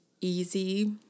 easy